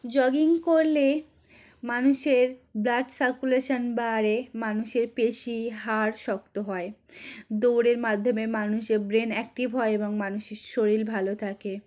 jogging করলে মানুষের blood circulation বাড়ে মানুষের পেশী হাড় শক্ত হয় দৌড়ের মাধ্যমে মানুষের ব্রেন অ্যাক্টিভ হয় এবং মানুষের শরীর ভালো থাকে